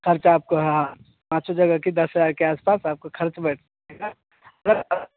ख़र्चा आपको हा पाँछो जगह दस हज़ार के आस पास आपको ख़र्च बैठेगा